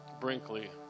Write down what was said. Brinkley